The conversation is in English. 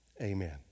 amen